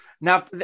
Now